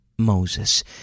Moses